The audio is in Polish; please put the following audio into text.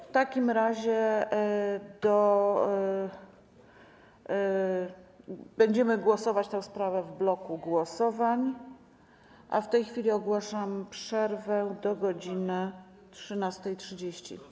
W takim razie będziemy głosować nad tą sprawą w bloku głosowań, a w tej chwili ogłaszam przerwę do godz. 13.30.